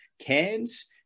Cans